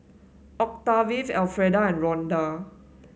Octave Alfreda and Ronda